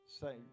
say